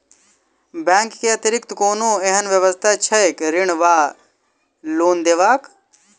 Bank केँ अतिरिक्त कोनो एहन व्यवस्था छैक ऋण वा लोनदेवाक?